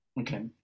Okay